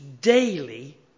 daily